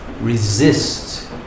resist